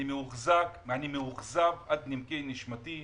אני מאוכזב עד עמקי נשמתי.